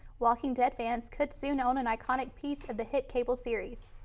walking dead fans could soon own an iconic piece of the hit cable series.